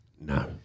No